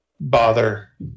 bother